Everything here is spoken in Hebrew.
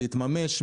להתממש,